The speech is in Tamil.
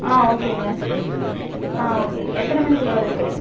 ஆ ஓகேங்க ஆ ஓகேங்க எத்தனை மணிக்குள்ளே வருவீங்க